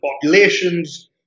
populations